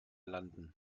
landen